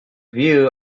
view